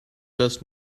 best